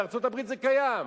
בארצות-הברית זה קיים.